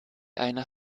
einer